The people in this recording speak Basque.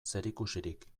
zerikusirik